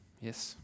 Yes